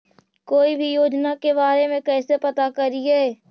कोई भी योजना के बारे में कैसे पता करिए?